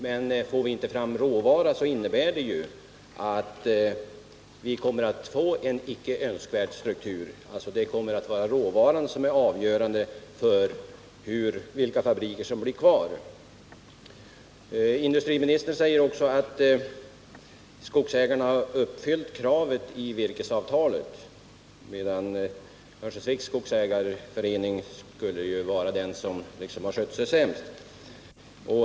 Men får vi inte fram råvaran, så innebär ju det att vi kommer att få en icke önskvärd struktur. Råvaran kommer alltså att vara avgörande för vilka fabriker som blir kvar. Vidare säger industriministern att skogsägarna uppfyllt kravet i virkesavtalet. Örnsköldsviks skogsägareförening skulle vara den som skött sig sämst.